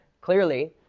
clearly